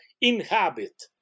inhabit